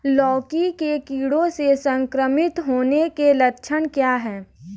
लौकी के कीड़ों से संक्रमित होने के लक्षण क्या हैं?